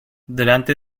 delante